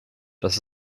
das